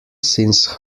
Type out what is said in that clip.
since